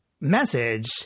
message